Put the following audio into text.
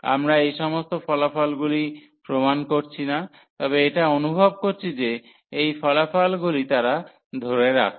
আমরা এই সমস্ত ফলাফল প্রমাণ করছি না তবে এটা অনুভব করছি যে এই ফলাফলগুলি তারা ধরে রাখে